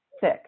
sick